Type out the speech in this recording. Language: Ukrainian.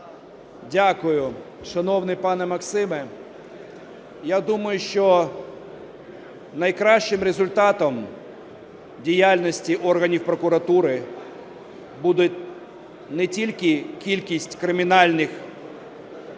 Дякую. Шановний пане Максиме, я думаю, що найкращим результатом діяльності органів прокуратури буде не тільки кількість кримінальних проваджень,